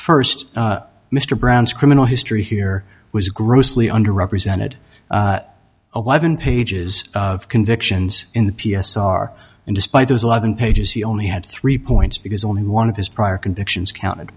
first mr brown's criminal history here was grossly under represented alive in pages of convictions in the p s r and despite those eleven pages he only had three points because only one of his prior convictions counted